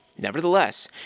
Nevertheless